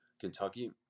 Kentucky